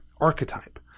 archetype